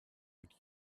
would